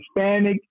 Hispanic